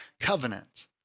covenant